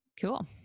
Cool